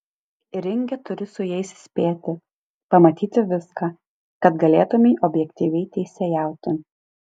ringe turi su jais spėti pamatyti viską kad galėtumei objektyviai teisėjauti